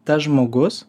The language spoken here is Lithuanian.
tas žmogus